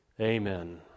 Amen